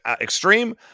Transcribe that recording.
Extreme